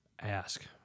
ask